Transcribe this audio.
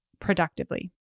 productively